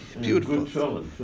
beautiful